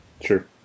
Sure